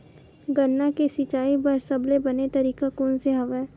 गन्ना के सिंचाई बर सबले बने तरीका कोन से हवय?